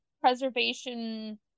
Preservation